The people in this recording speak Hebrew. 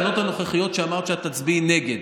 שאמרת שאת תצביעי נגד.